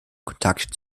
kontakt